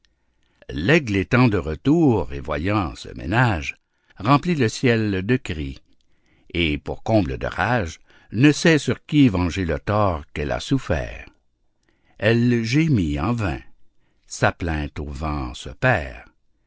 l'aigle étant de retour et voyant ce manège remplit le ciel de cris et pour comble de rage ne sait sur qui venger le tort qu'elle a souffert elle gémit en vain sa plainte au vent se perd